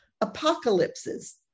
Apocalypses